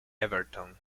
everton